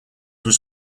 was